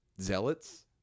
Zealots